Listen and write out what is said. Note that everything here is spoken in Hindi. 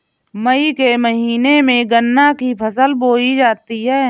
मई के महीने में गन्ना की फसल बोई जाती है